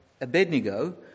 Abednego